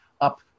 up